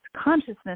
consciousness